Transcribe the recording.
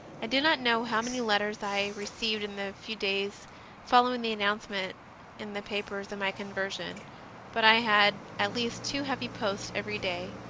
i do not know how many letters i received in the few days following the announce ment in the papers of my conversion but i had at least two heavy posts every day.